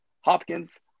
Hopkins